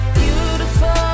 Beautiful